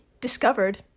discovered